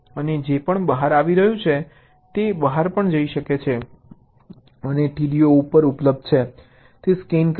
અને જે પણ બહાર આવી રહ્યું છે તે બહાર પણ જઈ શકે છે અને TDO ઉપર ઉપલબ્ધ છે તે સ્કેન કરો